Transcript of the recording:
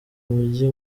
mujyi